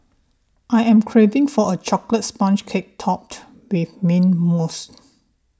I am craving for a Chocolate Sponge Cake Topped with Mint Mousse